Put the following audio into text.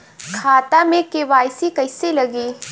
खाता में के.वाइ.सी कइसे लगी?